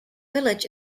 village